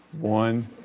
one